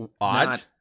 odd